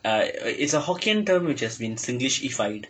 I it's a hokkien term which has been singlishified